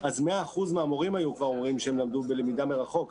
אז 100% מהמורים היו כבר אומרים שהם למדו בלמידה מרחוק.